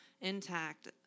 intact